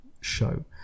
show